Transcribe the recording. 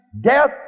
death